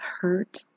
hurt